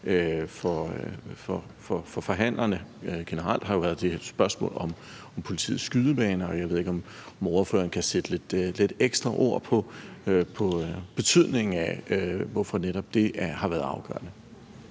for forhandlerne generelt, har jo været det her spørgsmål om politiets skydebaner, og jeg ved ikke, om ordføreren kan sætte lidt ekstra ord på betydningen af, hvorfor netop det har været afgørende.